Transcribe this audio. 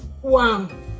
One